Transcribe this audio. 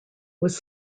was